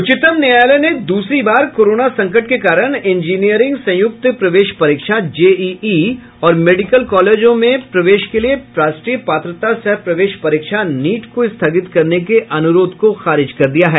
उच्चतम न्यायालय ने दूसरी बार कोरोनो संकट के कारण इंजीनियरिंग संयुक्त प्रवेश परीक्षा जेईई और मेडिकल कॉलेजों में प्रवेश के लिए राष्ट्रीय पात्रता सह प्रवेश परीक्षा नीट को स्थगित करने के अनुरोध को खारिज कर दिया है